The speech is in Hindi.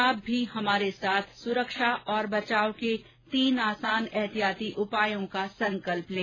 आप भी हमारे साथ सुरक्षा और बचाव के तीन आसान एहतियाती उपायों का संकल्प लें